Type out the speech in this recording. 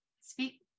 speak